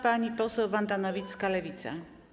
Pani poseł Wanda Nowicka, Lewica.